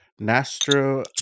Nastro